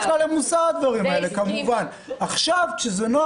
הדברים האלה בכלל לא קשורים למוסר, כמובן.